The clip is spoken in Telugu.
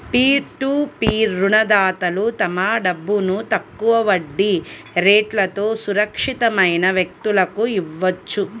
పీర్ టు పీర్ రుణదాతలు తమ డబ్బును తక్కువ వడ్డీ రేట్లతో సురక్షితమైన వ్యక్తులకు ఇవ్వొచ్చు